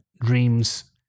dreams